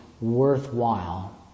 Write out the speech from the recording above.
worthwhile